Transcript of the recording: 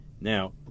Now